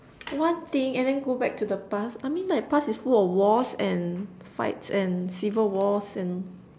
one thing and then go back to the past I mean like past is full of wars and fights and civil wars and